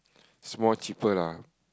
it's more cheaper lah